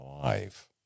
life